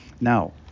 now